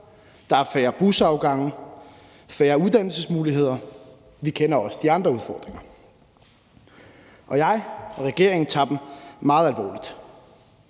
der er færre busafgange, færre uddannelsesmuligheder. Vi kender også de andre udfordringer. Jeg og regeringen tager dem meget alvorligt,